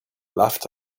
laughed